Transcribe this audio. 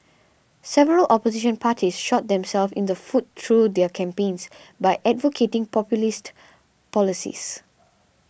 several opposition parties shot themselves in the foot through their campaigns by advocating populist policies